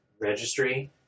registry